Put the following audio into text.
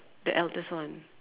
the eldest one